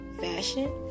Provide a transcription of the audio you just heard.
fashion